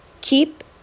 keep